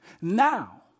Now